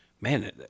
man